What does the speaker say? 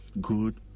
Good